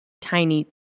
tiny